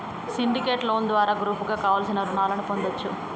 syndicate loan ద్వారా గ్రూపుగా కావలసిన రుణాలను పొందచ్చు